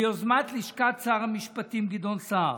ביוזמת לשכת שר המשפטים גדעון סער,